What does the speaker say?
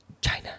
China